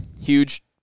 huge